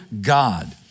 God